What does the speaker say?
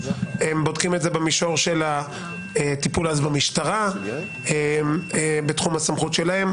הם בודקים את זה במישור של הטיפול אז המשטרה בתחום הסמכות שלהם.